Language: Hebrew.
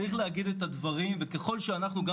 צריך להגיד את הדברים וככל שאנחנו גם